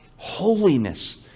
Holiness